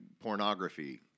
pornography